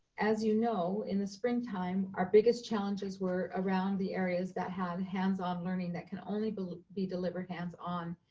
as you know, in the springtime, our biggest challenges were around the areas that had hands-on learning that can only but be delivered hands-on.